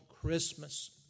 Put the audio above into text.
Christmas